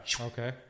Okay